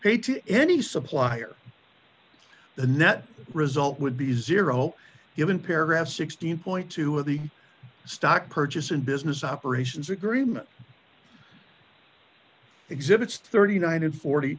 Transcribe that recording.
to any supplier the net result would be zero given paragraph sixteen two of the stock purchase in business operations agreement exhibits thirty nine and forty